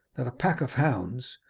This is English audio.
that a pack of hounds,